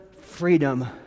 freedom